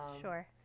sure